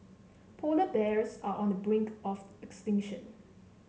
polar bears are on the brink of extinction